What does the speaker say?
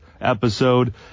episode